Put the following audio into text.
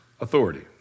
authority